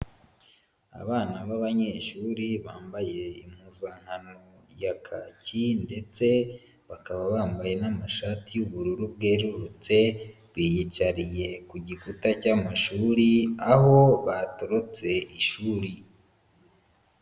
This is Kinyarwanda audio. Abana b'abanyeshuri bambaye impuzankano ya kaki ndetse bakaba bambaye n'amashati y'ubururu bwerurutse, biyicariye ku gikuta cy'amashuri aho batorotse ishuri.